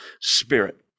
spirit